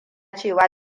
cewa